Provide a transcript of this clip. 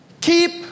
keep